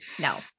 No